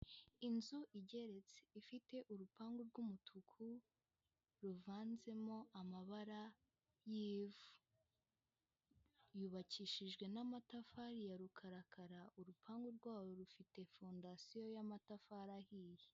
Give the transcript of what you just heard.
Inzu igeretse ifite urupangu rw'umutuku ruvanzemo amabara y'ivu, yubakishijwe n'amatafari ya rukarakara, urupangu rwayo rufite fondasiyo y'amatafari ahiye.